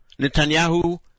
Netanyahu